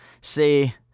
say